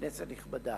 כנסת נכבדה,